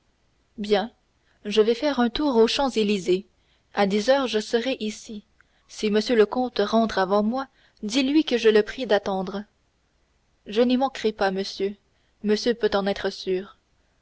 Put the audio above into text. bien je vais faire un tour aux champs-élysées à dix heures je serai ici si m le comte rentre avant moi dis-lui que je le prie d'attendre je n'y manquerai pas monsieur peut en être sûr